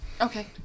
Okay